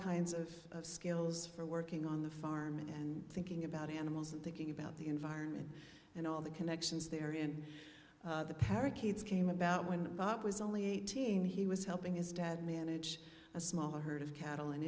kinds of skills for working on the farm and thinking about animals and thinking about the environment and all the connections there in the parakeets came about when bob was only eighteen he was helping his dad manage a small herd of cattle and